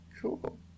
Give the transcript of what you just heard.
Cool